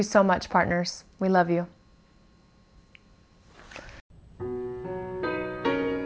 you so much partners we love you